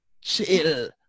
Chill